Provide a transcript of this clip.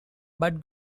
but